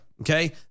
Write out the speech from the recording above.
Okay